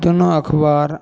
दुनू अखबार